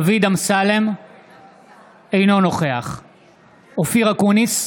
אינו נוכח אופיר אקוניס,